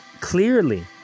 clearly